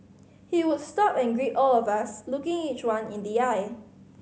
he would stop and greet all of us looking each one in the eye